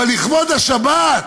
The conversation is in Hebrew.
אבל לכבוד השבת,